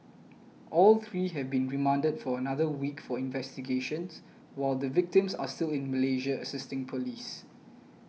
all three have been remanded for another week for investigations while the victims are still in Malaysia assisting police